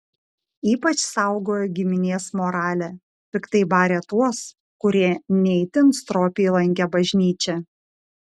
ypač saugojo giminės moralę piktai barė tuos kurie ne itin stropiai lankė bažnyčią